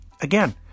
again